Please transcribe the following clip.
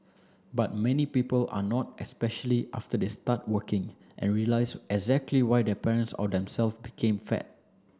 but many people are not especially after they start working and realize exactly why their parents or themselves became fat